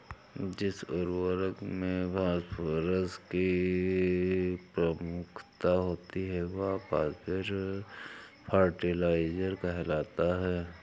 जिस उर्वरक में फॉस्फोरस की प्रमुखता होती है, वह फॉस्फेट फर्टिलाइजर कहलाता है